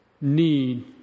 need